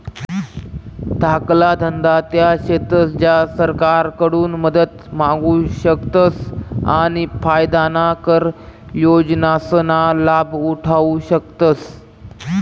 धाकला धंदा त्या शेतस ज्या सरकारकडून मदत मांगू शकतस आणि फायदाना कर योजनासना लाभ उठावु शकतस